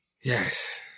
Yes